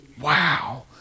wow